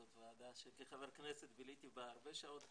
זאת ועדה שכחבר כנסת ביליתי בה הרבה שעות בזמנו,